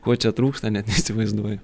ko čia trūksta net neįsivaizduoju